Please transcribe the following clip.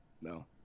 no